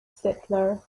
settler